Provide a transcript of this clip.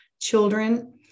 children